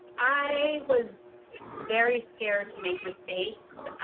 i was very scared to make mistakes